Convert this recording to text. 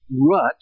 rut